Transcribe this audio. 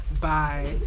Bye